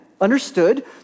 understood